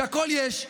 שהכול יש.